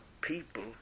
people